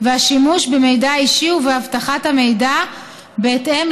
של מידע אישי והשימוש בו ואבטחת המידע בהתאם